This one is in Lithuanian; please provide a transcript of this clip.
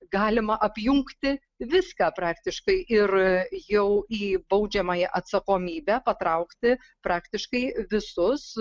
galima apjungti viską praktiškai ir jau į baudžiamąją atsakomybę patraukti praktiškai visus